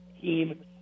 team